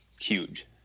huge